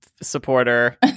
supporter